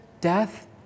death